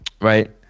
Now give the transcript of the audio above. Right